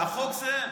החוק זה הם.